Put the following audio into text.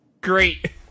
Great